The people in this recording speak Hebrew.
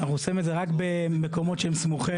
אנחנו עושים את זה רק במקומות שהם סמוכי